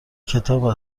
کتاب